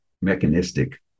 mechanistic